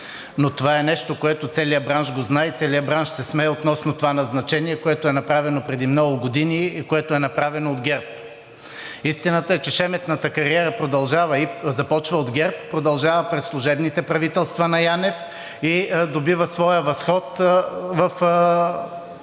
но това е нещо, което целият бранш го знае и целият бранш се смее относно това назначение, което е направено преди много години и което е направено от ГЕРБ. Истината е, че шеметната кариера започва от ГЕРБ, продължава през служебните правителства на Янев и добива своя възход в така